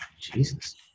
Jesus